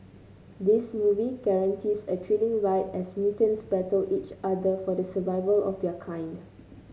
this movie guarantees a thrilling ride as mutants battle each other for the survival of their kind